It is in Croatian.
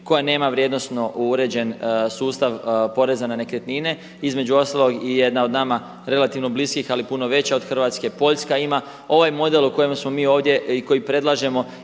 koja nema vrijednosno uređen sustav poreza na nekretnine. Između ostalog i jedna od nama relativno bliskih ali puno veća od Hrvatske, Poljska ima ovaj model o kojem smo mi ovdje i koji predlažemo,